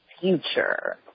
future